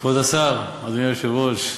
כבוד השר, אדוני היושב-ראש,